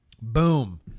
Boom